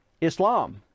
Islam